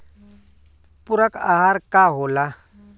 पुरक अहार का होला?